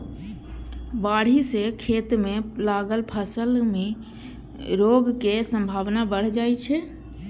बाढ़ि सं खेत मे लागल फसल मे रोगक संभावना बढ़ि जाइ छै